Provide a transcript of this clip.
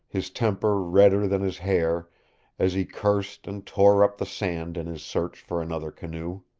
his temper redder than his hair as he cursed and tore up the sand in his search for another canoe.